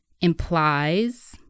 implies